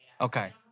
Okay